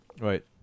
Right